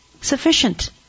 sufficient